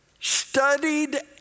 Studied